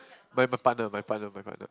my my partner my partner my partner